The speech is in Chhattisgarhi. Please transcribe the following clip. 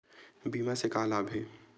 बीमा से का लाभ हे?